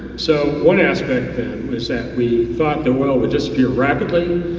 so one aspect is that we thought the oil would disappear rapidly.